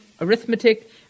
arithmetic